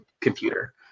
computer